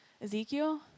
Ezekiel